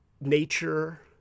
nature